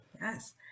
Yes